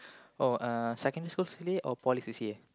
oh uh secondary school C_C_A or poly C_C_A